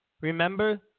Remember